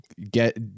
get